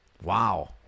Wow